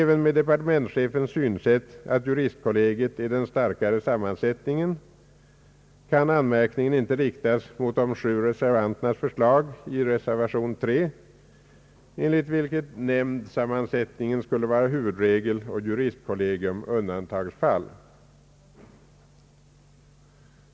Även med departemenschefens synsätt att juristkollegium är den starkare sammansättningen kan den anmärkningen inte riktas mot de sju reservanternas förslag i reservation 3, enligt vilket nämndsammansättning skulle vara huvudregel och juristkollegium undantagsfall.